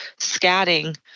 scatting